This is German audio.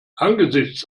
angesichts